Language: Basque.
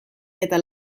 eta